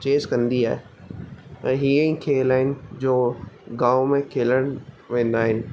chess कंदी आहे ऐं हीअं ई खेल आहिनि जो गाम खे खेॾण वेंदा आहिनि